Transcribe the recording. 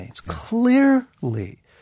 Clearly